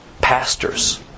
pastors